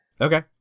Okay